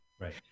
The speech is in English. right